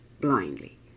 blindly